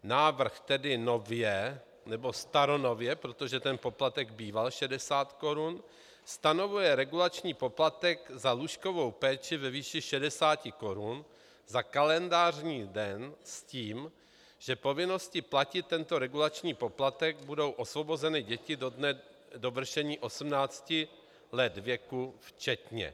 Návrh tedy nově, nebo staronově, protože ten poplatek býval 60 korun, stanovuje regulační poplatek za lůžkovou péči ve výši 60 korun za kalendářní den, s tím, že povinnosti platit tento regulační poplatek budou osvobozeny děti do dne dovršení 18 let věku včetně.